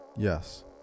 Yes